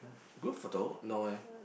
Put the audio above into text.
group photo no eh